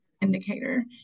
indicator